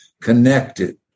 connected